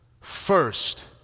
First